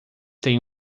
têm